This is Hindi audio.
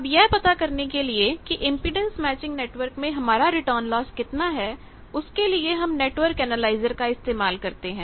अब यह पता करने के लिए किइस इंपेडेंस मैचिंग नेटवर्क मिलान में हमारा रिटर्न लॉस कितना है उसके लिए हम नेटवर्क एनालाइजर का इस्तेमाल कर सकते हैं